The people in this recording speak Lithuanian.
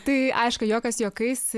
tai aišku juokas juokais